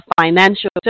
financial